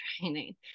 Training